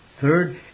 Third